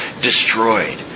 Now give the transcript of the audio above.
destroyed